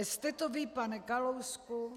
Jste to vy, pane Kalousku.